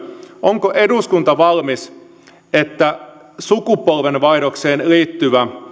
onko eduskunta valmis että sukupolvenvaihdokseen liittyvä